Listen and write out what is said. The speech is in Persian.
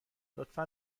لطفا